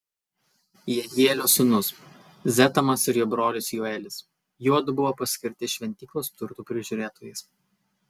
jehielio sūnūs zetamas ir jo brolis joelis juodu buvo paskirti šventyklos turtų prižiūrėtojais